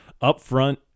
upfront